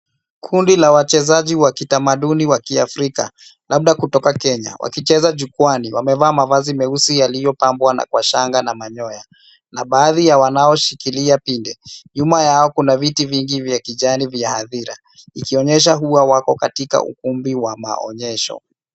Kundi la wachezaji wa kitamaduni wa Kiafrika, labda kutoka kenya, wakicheza jukwaani, wamevaa mavazi meusi yaliyopambwa na kwa shanga na manyoya. Na baadhi ya wanaoshikilia pinde. Nyuma yao, kuna viti vingi vya kijani vya hadhira ikionyesha huwa wako ukumbi wa maonyesho.